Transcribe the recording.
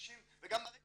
שמגישים וגם ברקת